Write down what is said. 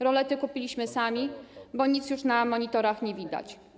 Rolety kupiliśmy sami, bo nic już na monitorach nie było widać.